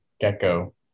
gecko